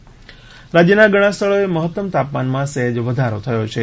હવામાન રાજ્યના ધણાં સ્થળોએ મહત્તમ તાપમાનમાં સહેજ વધારો થયો છે